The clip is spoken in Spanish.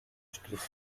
escrito